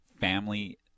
family